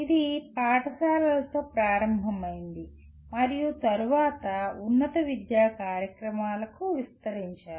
ఇది పాఠశాలలతో ప్రారంభమైంది మరియు తరువాత ఉన్నత విద్యా కార్యక్రమాలకు విస్తరించారు